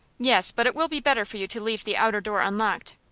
yes but it will be better for you to leave the outer door unlocked.